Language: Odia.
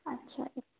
ଆଚ୍ଛା